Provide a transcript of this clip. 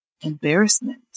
embarrassment